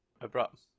abrupt